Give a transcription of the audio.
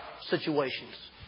situations